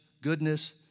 goodness